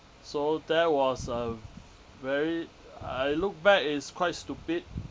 so that was a very I look back it's quite stupid